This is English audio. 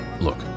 look